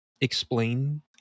explain